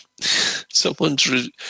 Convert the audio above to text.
Someone's